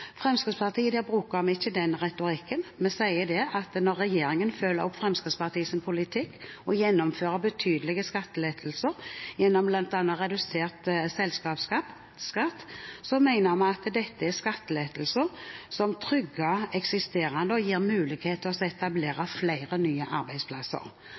ikke den retorikken. Vi mener at når regjeringen følger opp Fremskrittspartiets politikk og gjennomfører betydelige skattelettelser, gjennom bl.a. redusert selskapsskatt, er dette skattelettelser som trygger eksisterende arbeidsplasser og gir mulighet for å etablere flere nye arbeidsplasser.